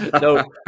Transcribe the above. No